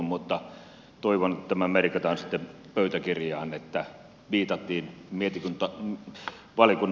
mutta toivon että tämä merkataan pöytäkirjaan että viitattiin mietityttää on paljon kun